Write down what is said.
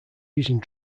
using